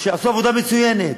שעשו עבודה מצוינת,